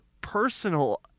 personal